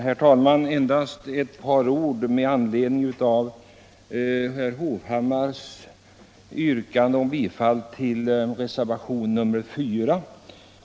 Herr talman! Endast ett par ord med anledning av herr Hovhammars yrkande om bifall till reservationen 4.